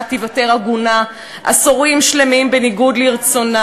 תיוותר עגונה עשורים שלמים בניגוד לרצונה.